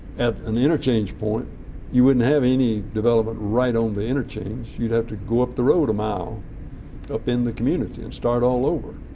at an interchange point you wouldn't have any development right on the interchange. you would have to go up the road a mile up in the community and start all over